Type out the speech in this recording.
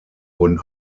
wurden